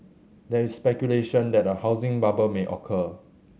there is speculation that a housing bubble may occur